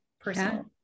personal